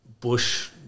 bush